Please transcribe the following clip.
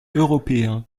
européen